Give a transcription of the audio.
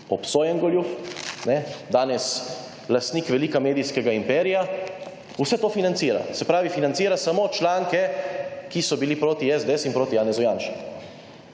obsojen goljuf – kajne, danes lastnik velikega medijskega imperija. Vse to financira. Se pravi, financira samo članke, ki so bili proti SDS in proti Janezu Janši.